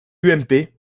ump